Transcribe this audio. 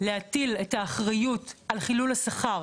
להטיל את האחריות על חילול השכר,